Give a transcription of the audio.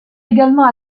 également